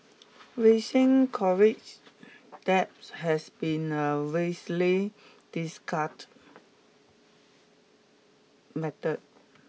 rising college debt has been a widely discussed matter